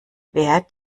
wer